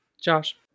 Josh